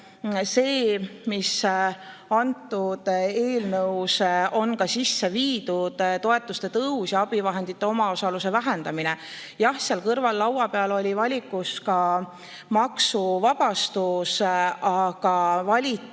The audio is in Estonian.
see, mis eelnõusse on ka sisse viidud: toetuste tõus ja abivahendite omaosaluse vähendamine. Jah, seal kõrval oli laua peal valikus ka maksuvabastus, aga valiti